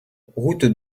route